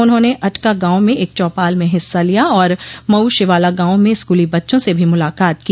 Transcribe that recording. उन्होंने अटका गांव में एक चौपाल में हिस्सा लिया और मऊ शिवाला गांव में स्कूली बच्चों से भी मुलाकात की